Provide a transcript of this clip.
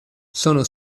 sono